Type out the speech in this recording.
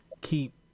keep